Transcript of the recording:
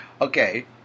Okay